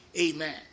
Amen